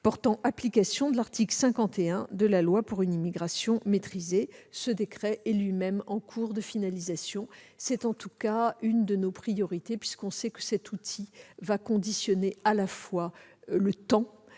portant application de l'article 51 de la loi du 10 septembre 2018 déjà citée ; ce décret est lui-même en cours de finalisation. C'est en tout cas l'une de nos priorités, puisque nous savons que cet outil conditionnera à la fois le temps